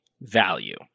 value